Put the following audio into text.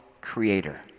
creator